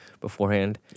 beforehand